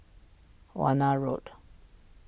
Warna Road